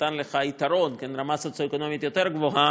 נתן לך יתרון, רמה סוציו-אקונומית יותר גבוהה,